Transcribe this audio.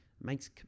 Makes